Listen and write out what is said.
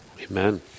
Amen